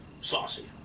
saucy